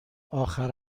آخر